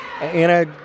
Anna